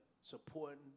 supporting